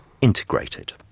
integrated